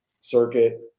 circuit